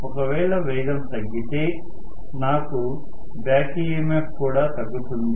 ఒకవేళ వేగం తగ్గితే నాకు బ్యాక్ EMF కూడా తగ్గుతుంది